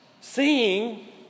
Seeing